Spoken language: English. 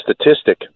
statistic